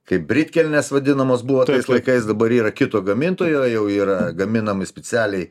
kaip bridkelnės vadinamos buvo tais laikais dabar yra kito gamintojo jau yra gaminami specialiai